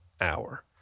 hour